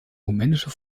rumänische